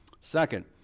Second